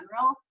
general